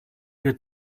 wir